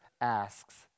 asks